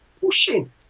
pushing